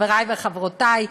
חברי וחברותי,